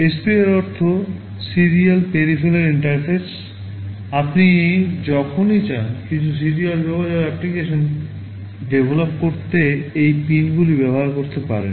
SPI এর অর্থ serial peripheral interface করতে এই পিনগুলি ব্যবহার করতে পারেন